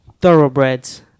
Thoroughbreds